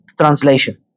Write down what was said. translation